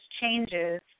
changes